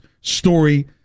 story